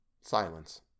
Silence